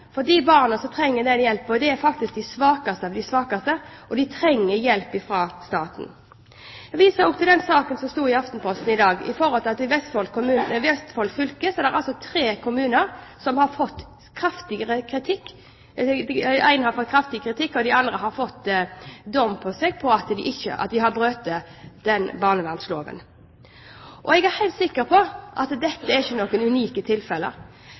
for de barna som trenger den hjelpen, er faktisk de svakeste av de svake, og de trenger hjelp fra staten. Jeg viser også til den saken det sto om i Aftenposten i dag: I Vestfold fylke har altså tre kommuner fått kraftig kritikk – én har fått kraftig kritikk og de to andre har brutt barnevernsloven. Jeg er helt sikker på at dette ikke er noen unike tilfeller.